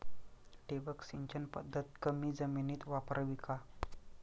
ठिबक सिंचन पद्धत कमी जमिनीत वापरावी का?